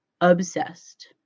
obsessed